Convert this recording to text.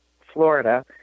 Florida